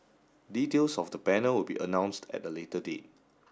details of the panel will be announced at a later date